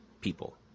people